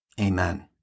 Amen